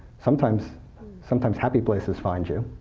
sometimes sometimes happy places find you,